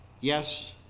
Yes